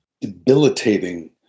debilitating